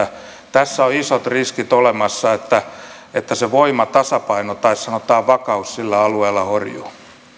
tässä on isot riskit olemassa että se voimatasapaino tai sanotaan vakaus sillä alueella horjuu